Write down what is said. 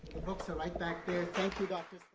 books are right back there. thank you dr.